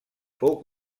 fou